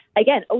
Again